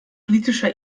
politischer